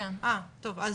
אוקי,